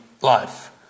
life